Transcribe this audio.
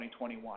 2021